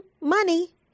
money